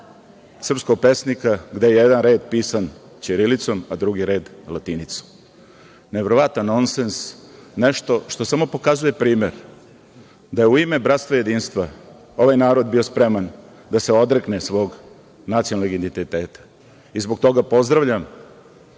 srpskog pesnika, gde je jedan red pisan ćirilicom, a drugi red latinicom. Neverovatan nonsens, nešto što samo pokazuje primer da je u ime bratstva i jedinstva ovaj narod bio spreman da se odrekne svog nacionalnog identiteta, i zbog toga pozdravljam